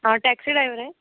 हा taxi driver आहे